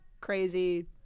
crazy